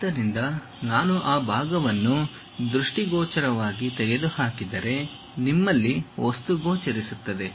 ಆದ್ದರಿಂದ ನಾನು ಆ ಭಾಗವನ್ನು ದೃಷ್ಟಿಗೋಚರವಾಗಿ ತೆಗೆದುಹಾಕಿದರೆ ನಿಮ್ಮಲ್ಲಿ ವಸ್ತು ಗೋಚರಿಸುತ್ತದೆ